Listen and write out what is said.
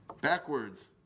backwards